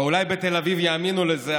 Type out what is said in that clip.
ואולי בתל אביב יאמינו לזה,